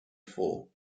for